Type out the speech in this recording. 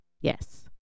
Yes